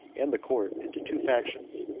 and the court, into two factions,